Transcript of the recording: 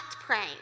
praying